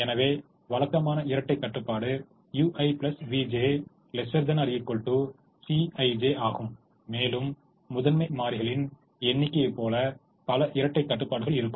எனவே வழக்கமான இரட்டைக் கட்டுப்பாடு ui vj ≤ Cij ஆகும் மேலும் முதன்மை மாறிகளின் எண்ணிக்கையைப் போல பல இரட்டைக் கட்டுப்பாடுகள் இருக்கும்